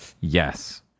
Yes